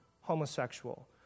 homosexual